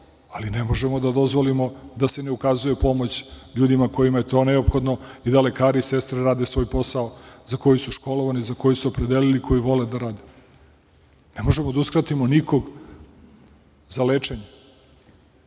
ali ne možemo da dozvolimo da se ne ukazuje pomoć ljudima kojima je to neophodno i da lekari i sestre rade svoj posao za koji su školovani, za koji su se opredelili, koji vole da rade. Ne možemo da uskratimo nikoga za